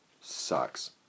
sucks